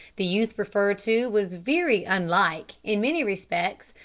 the youth referred to was very unlike, in many respects,